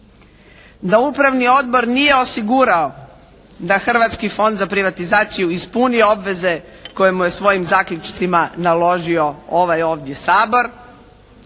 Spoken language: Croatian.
da upravni odbor nije osigurao da Hrvatski fond za privatizaciju ispuni obveze koje mu je svojim zaključcima naložio ovaj ovdje Sabor,